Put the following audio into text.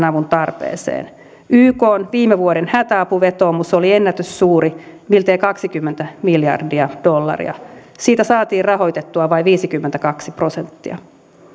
avun tarpeeseen ykn viime vuoden hätäapuvetoomus oli ennätyssuuri miltei kaksikymmentä miljardia dollaria siitä saatiin rahoitettua vain viisikymmentäkaksi prosenttia